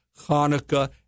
Hanukkah